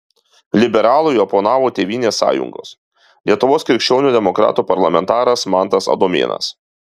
liberalui oponavo tėvynės sąjungos lietuvos krikščionių demokratų parlamentaras mantas adomėnas